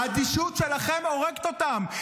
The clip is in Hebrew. האדישות שלכם הורגת אותם,